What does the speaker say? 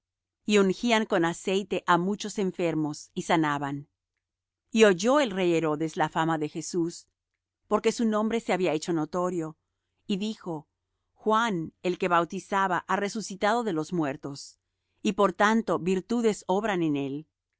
y ungían con aceite á muchos enfermos y sanaban y oyó el rey herodes la fama de jesús porque su nombre se había hecho notorio y dijo juan el que bautizaba ha resucitado de los muertos y por tanto virtudes obran en él